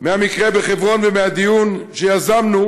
מהמקרה בחברון ומהדיון שיזמנו,